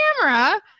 camera